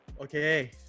Okay